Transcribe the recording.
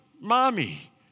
mommy